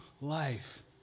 life